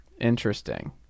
Interesting